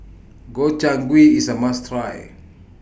Gobchang Gui IS A must Try